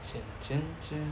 send send send